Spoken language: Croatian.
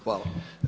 Hvala.